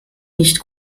nicht